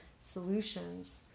solutions